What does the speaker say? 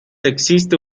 existe